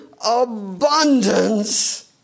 abundance